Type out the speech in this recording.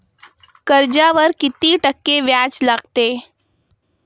कर्जावर किती टक्के व्याज लागते?